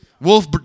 Wolf